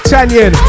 Tanyan